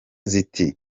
ziti